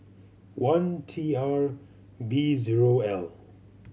one T R B zero L